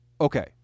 Okay